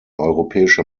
europäische